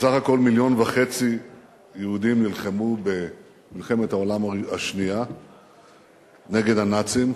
בסך הכול מיליון וחצי יהודים נלחמו במלחמת העולם השנייה נגד הנאצים,